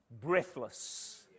breathless